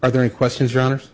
are there any questions or honors